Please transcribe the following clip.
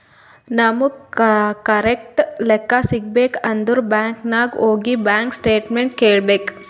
ನಮುಗ್ ಕರೆಕ್ಟ್ ಲೆಕ್ಕಾ ಸಿಗಬೇಕ್ ಅಂದುರ್ ಬ್ಯಾಂಕ್ ನಾಗ್ ಹೋಗಿ ಬ್ಯಾಂಕ್ ಸ್ಟೇಟ್ಮೆಂಟ್ ಕೇಳ್ಬೇಕ್